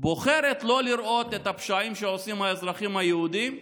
בוחרת לא לראות את הפשעים שעושים האזרחים היהודים,